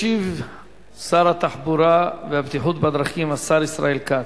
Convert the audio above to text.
ישיב שר התחבורה והבטיחות בדרכים, השר ישראל כץ.